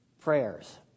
prayers